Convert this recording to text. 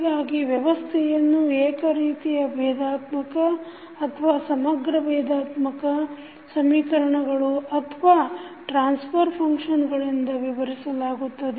ಹೀಗಾಗಿ ವ್ಯವಸ್ಥೆಯನ್ನು ಏಕ ರೀತಿಯ ಭೇದಾತ್ಮಕ ಅಥವಾ ಸಮಗ್ರ ಭೇದಾತ್ಮಕ ಸಮೀಕರಣಗಳು ಅಥವಾ ಟ್ರಾನ್ಫರ್ ಫಂಕ್ಷನ್ಗಳಿಂದ ವಿವರಿಸಲಾಗುತ್ತದೆ